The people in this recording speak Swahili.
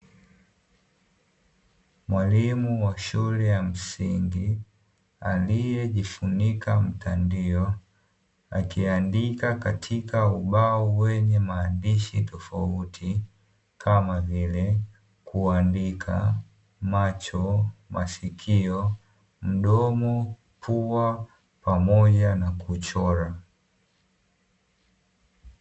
Mwalimu wa shule ya msingi aliyejikifunika mtandio, akiandika katika ubao wenye maandishi tofauti kama vile kuandika, macho, masikio, mdomo, pua pamoja na kuchora.